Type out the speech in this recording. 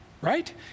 right